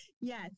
Yes